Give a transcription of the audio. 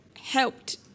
helped